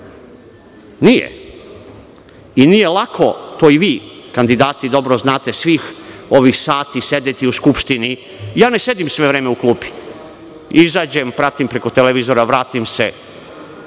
premijer i nije lako, to i vi kandidati dobro znate, svih ovih sati sedeti u Skupštini. Ja ne sedim sve vreme u klupi. Izađem, pratim preko televizora, vratim se.